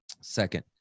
Second